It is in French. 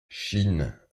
chine